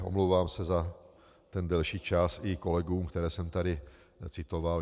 Omlouvám se za delší čas i kolegům, které jsem tady citoval.